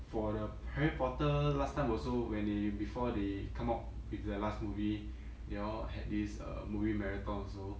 for the harry potter last time also when they before they come up with the last movie they all had this uh movie marathon also